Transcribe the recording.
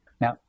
Now